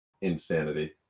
insanity